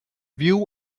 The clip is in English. view